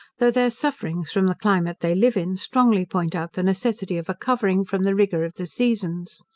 though their sufferings from the climate they live in, strongly point out the necessity of a covering from the rigour of the seasons.